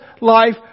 life